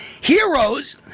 heroes